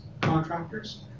contractors